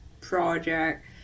project